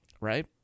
Right